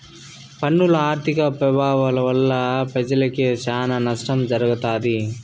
పన్నుల ఆర్థిక పెభావాల వల్ల పెజలకి సానా నష్టం జరగతాది